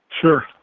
Sure